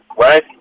right